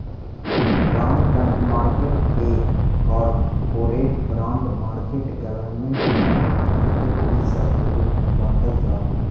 bond market के corporate bond market government bond market इ सब के रूप में बाटल जा हई